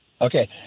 Okay